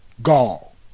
gall